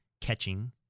catching